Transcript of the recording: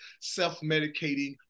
self-medicating